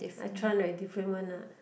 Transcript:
I try a different one ah